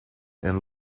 and